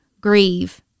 grieve